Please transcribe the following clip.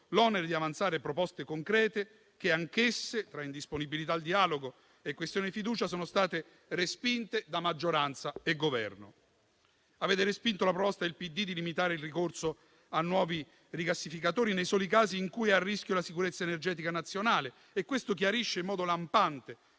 l'onere di avanzare proposte concrete, che anch'esse, tra indisponibilità al dialogo e questione di fiducia, sono state respinte da maggioranza e Governo. Avete respinto la proposta del PD di limitare il ricorso a nuovi rigassificatori nei soli casi in cui è a rischio la sicurezza energetica nazionale e questo chiarisce in modo lampante